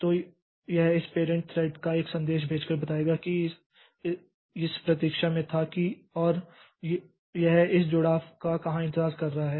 तो यह इस पैरेंट थ्रेड को एक संदेश भेजकर बताएगा कि यह इस प्रतीक्षा में था और यह इस जुड़ाव का कहां इंतजार कर रहा है